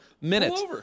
minutes